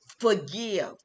Forgive